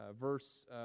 Verse